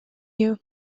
you